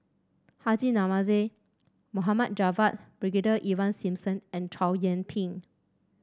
Haji Namazie Mohd Javad Brigadier Ivan Simson and Chow Yian Ping